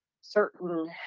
certain